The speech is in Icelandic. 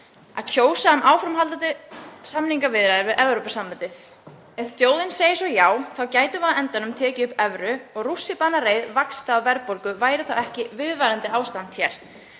að kjósa um áframhaldandi samningaviðræður við Evrópusambandið. Ef þjóðin segir svo já þá gætum við á endanum tekið upp evru og rússibanareið vaxta og verðbólgu væri þá ekki viðvarandi ástand hér.